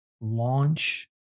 launch